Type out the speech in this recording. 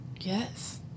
Yes